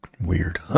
weird